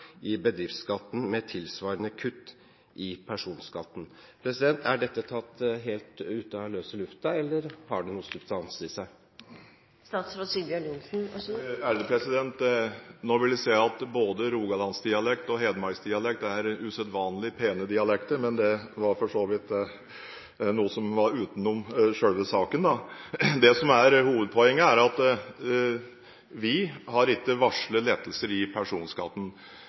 i bedriftsskatten med et tilsvarende kutt i personskatten». Da må jeg bare spørre: Er dette tatt helt ut av løse lufta, eller har det noe substans i seg? Nå vil jeg si at både rogalandsdialekt og hedmarksdialekt er usedvanlig pene dialekter, men dette var vel for så vidt utenom selve saken. Hovedpoenget er at vi ikke har varslet lettelser i personskatten.